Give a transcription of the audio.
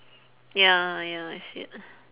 ya ya I see it